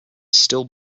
still